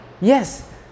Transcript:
yes